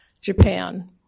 Japan